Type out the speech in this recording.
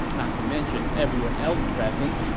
not to mention everyone else present,